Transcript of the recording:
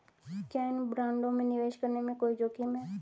क्या इन बॉन्डों में निवेश करने में कोई जोखिम है?